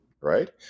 right